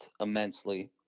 immensely